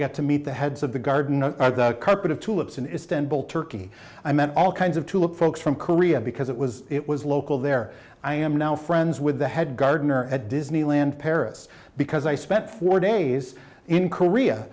got to meet the heads of the garden a couple of tulips in istanbul turkey i met all kinds of to look folks from korea because it was it was local there i am now friends with the head gardener at disneyland paris because i spent four days in korea